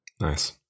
Nice